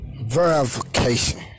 Verification